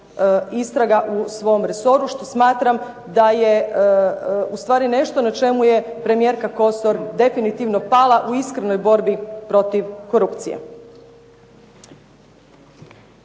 istraga u svom resoru što smatram da je u stvari nešto na čemu je premijerka Kosor definitivno pala u iskrenoj borbi protiv korupcije.